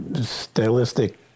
stylistic